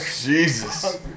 Jesus